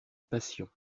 passion